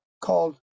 called